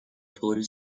طوری